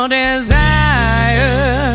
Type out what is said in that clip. desire